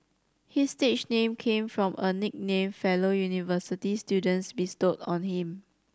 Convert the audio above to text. his stage name came from a nickname fellow university students bestowed on him